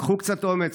קחו קצת אומץ,